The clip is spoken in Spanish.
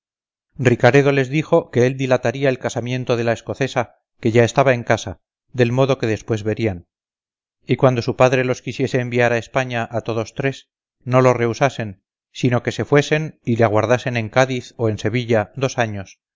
ricaredo les dijo que él dilataría el casamiento de la escocesa que ya estaba en casa del modo que después verían y cuando su padre los quisiese enviar a españa a todos tres no lo rehusasen sino que se fuesen y le aguardasen en cádiz o en sevilla dos años